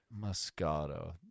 Moscato